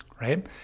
Right